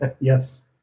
Yes